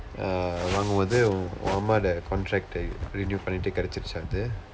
ah வாங்கும் போது உன் அம்மாவுடைய:vaangum pothu un ammavudaya contract eh renew பண்ணிட்டு கிடைத்துட்டா அது:pannitdu kidaiththutdaa athu